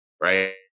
right